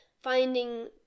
finding